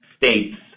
states